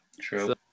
true